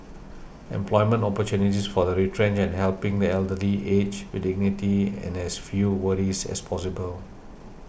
employment opportunities for the retrenched and helping the elderly age with dignity and as few worries as possible